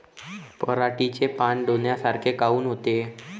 पराटीचे पानं डोन्यासारखे काऊन होते?